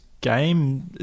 game